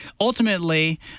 Ultimately